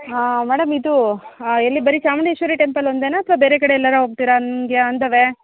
ಹಾಂ ಮೇಡಮ್ ಇದು ಎಲ್ಲಿ ಬರಿ ಚಾಮುಂಡೇಶ್ವರಿ ಟೆಂಪಲ್ ಒಂದೆಯಾ ಅಥ್ವಾ ಬೇರೆ ಕಡೆ ಎಲ್ಲಾರು ಹೋಗ್ತೀರಾ ಹಾಗೆ ಆನ್ ದ ವೇ